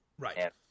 Right